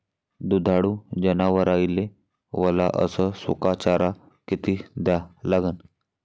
दुधाळू जनावराइले वला अस सुका चारा किती द्या लागन?